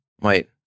Wait